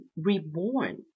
reborn